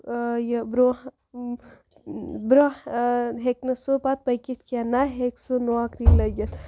یہِ بروںٛہہ بروںٛہہ ہیٚکہِ نہٕ سُہ پَتہٕ پٔکِتھ کینٛہہ نہ ہیٚکہِ سُہ نوکری لٔگِتھ